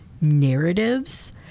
narratives